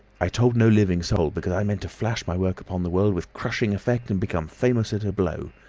i told no living soul, because i meant to flash my work upon the world with crushing effect and become famous at a blow.